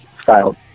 style